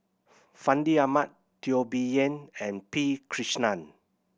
Fandi Ahmad Teo Bee Yen and P Krishnan